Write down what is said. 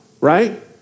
right